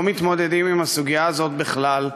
לא מתמודדים עם הסוגיה הזאת בכלל,